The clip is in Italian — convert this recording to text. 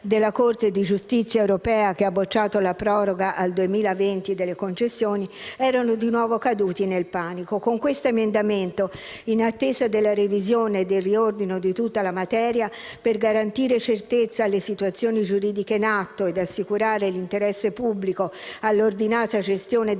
della Corte di giustizia europea che ha bocciato la proroga al 2020 delle concessioni, erano caduti nel panico. Con questo emendamento, in attesa della revisione e del riordino di tutta la materia per garantire certezza alle situazioni giuridiche in atto e assicurare l'interesse pubblico all'ordinata gestione del